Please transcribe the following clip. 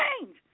change